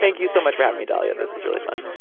thank you so much for having me, dalia. this is really fun